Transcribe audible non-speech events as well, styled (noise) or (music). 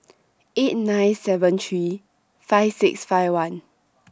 (noise) eight nine seven three five six five one